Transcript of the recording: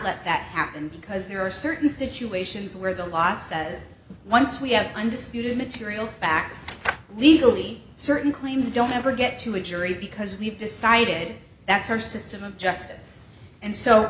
let that happen because there are certain situations where the law says once we have undisputed material facts legally certain claims don't ever get to a jury because we've decided that's our system of justice and so